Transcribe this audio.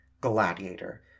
Gladiator